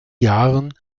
jahren